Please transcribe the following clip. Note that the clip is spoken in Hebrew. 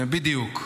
בדיוק.